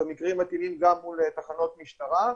במקרים מתאימים גם מול תחנות משטרה,